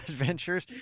Adventures